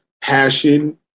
passion